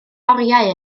oriau